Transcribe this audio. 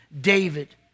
David